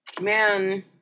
man